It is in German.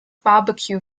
barbecue